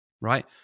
right